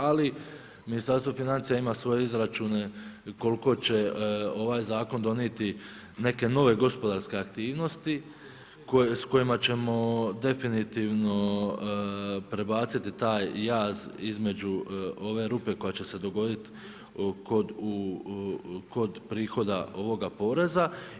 Ali Ministarstvo financija ima svoje izračune koliko će ovaj zakon donijeti neke nove gospodarske aktivnosti sa kojima ćemo definitivno prebaciti taj jaz između ove rupe koja će se dogoditi kod prihoda ovoga poreza.